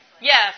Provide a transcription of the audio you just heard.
Yes